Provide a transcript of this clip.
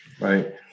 Right